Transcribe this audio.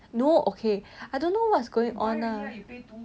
no okay I don't know what's going on lah